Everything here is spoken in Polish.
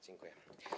Dziękuję.